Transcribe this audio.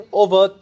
over